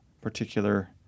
particular